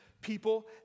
people